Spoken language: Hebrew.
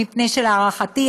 מפני שלהערכתי,